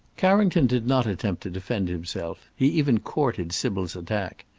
carrington did not attempt to defend himself he even courted sybil's attack.